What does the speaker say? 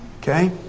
Okay